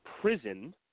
Prison